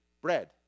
bread